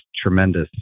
tremendous